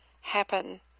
happen